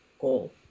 goal